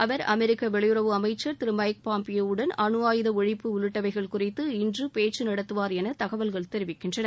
அவர் அமெரிக்க வெளியுறவு அமைச்சர் திரு மைக் பாம்பியோ வுடன் அணுஆயுத ஒழிப்பு உள்ளிட்டவைகள் குறித்து இன்று பேச்சு நடத்துவார் என தகவல்கள் தெரிவிக்கின்றன